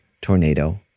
tornado